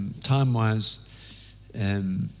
time-wise